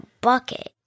bucket